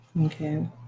Okay